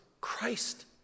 Christ